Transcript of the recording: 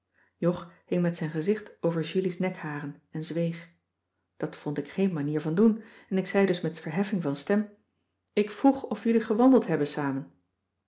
jog hing met zijn gezicht over julies nekharen en zweeg dat vond ik geen manier van doen en ik zei dus met verheffing van stem ik vroeg of jullie gewandeld hebben samen